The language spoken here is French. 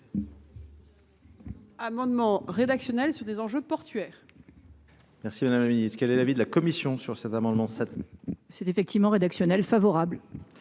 Amendement rédactionnel sur des enjeux portuaires.